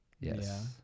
Yes